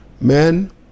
men